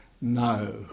no